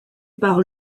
par